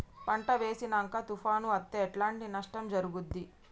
పంట వేసినంక తుఫాను అత్తే ఎట్లాంటి నష్టం జరుగుద్ది?